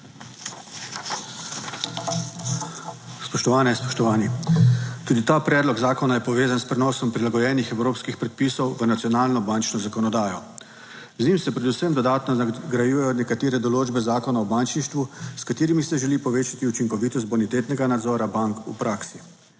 Spoštovane, spoštovani! Tudi ta predlog zakona je povezan s prenosom prilagojenih evropskih predpisov v nacionalno bančno zakonodajo. Z njim se predvsem dodatno nadgrajuje nekatere določbe Zakona o bančništvu, s katerimi se želi povečati učinkovitost bonitetnega nadzora bank v praksi.